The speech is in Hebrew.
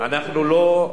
אנחנו לא,